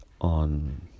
on